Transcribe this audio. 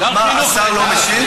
אבל מה, השר לא משיב?